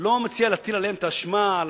אני לא מציע להטיל עליהם את האשמה על